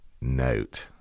note